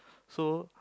so